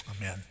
Amen